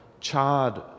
charred